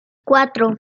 cuatro